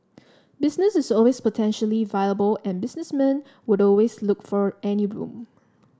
business is always potentially viable and businessmen will always look for any room